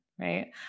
right